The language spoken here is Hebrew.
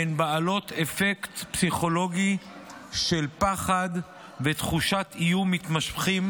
הן בעלות אפקט פסיכולוגי של פחד ותחושת איום מתמשכים,